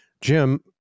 Jim